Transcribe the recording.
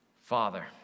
Father